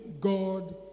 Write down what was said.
God